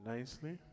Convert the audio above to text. Nicely